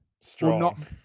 Strong